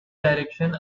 direction